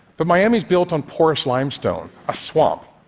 but miami is built on porous limestone a swamp.